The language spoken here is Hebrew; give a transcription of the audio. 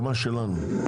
לקיים